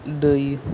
दै